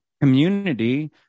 community